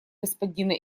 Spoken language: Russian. господина